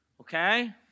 okay